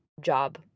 job